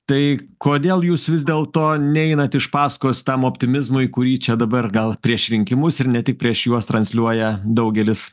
tai kodėl jūs vis dėlto neinat iš paskos tam optimizmui kurį čia dabar gal prieš rinkimus ir ne tik prieš juos transliuoja daugelis